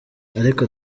ariko